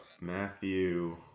Matthew